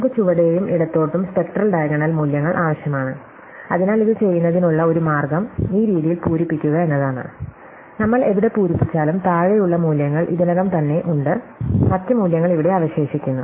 നമുക്ക് ചുവടെയും ഇടത്തോട്ടും സ്പെക്ട്രൽ ഡയഗണൽ മൂല്യങ്ങൾ ആവശ്യമാണ് അതിനാൽ ഇത് ചെയ്യുന്നതിനുള്ള ഒരു മാർഗ്ഗം ഈ രീതിയിൽ പൂരിപ്പിക്കുക എന്നതാണ് നമ്മൾ എവിടെ പൂരിപ്പിച്ചാലും താഴെയുള്ള മൂല്യങ്ങൾ ഇതിനകം തന്നെ ഉണ്ട് മറ്റ് മൂല്യങ്ങൾ ഇവിടെ അവശേഷിക്കുന്നു